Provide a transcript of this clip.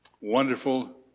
Wonderful